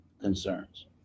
concerns